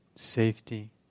Safety